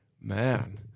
man